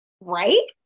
Right